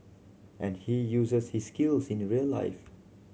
and he uses his skills in a real life